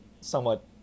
somewhat